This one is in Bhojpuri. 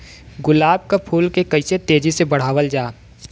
गुलाब क फूल के कइसे तेजी से बढ़ावल जा?